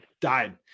died